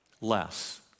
Less